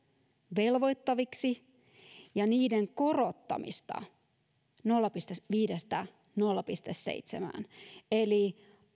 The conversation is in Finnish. velvoittaviksi ja niiden korottamisesta nolla pilkku viidestä nolla pilkku seitsemään eli